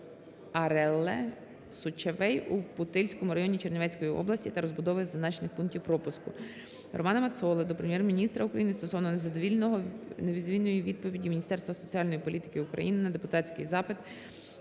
Романа Мацоли до Прем'єр-міністра України стосовно незадовільної відповіді Міністерством соціальної політики України на депутатський запит